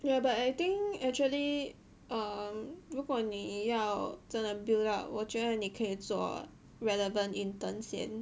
yeah but I think actually err 如果你要真的 build up 我觉得你可以做 relevant intern 先